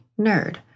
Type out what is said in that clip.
nerd